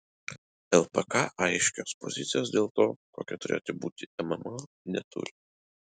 lpk aiškios pozicijos dėl to kokia turėtų būti mma neturi